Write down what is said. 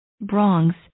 Bronx